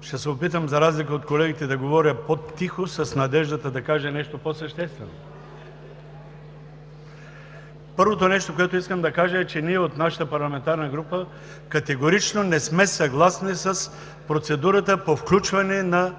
ще се опитам, за разлика от колегите, да говоря по-тихо с надеждата да кажа нещо по-съществено. Първото нещо, което искам да кажа, е, че ние от нашата парламентарна група категорично не сме съгласни с процедурата по включване на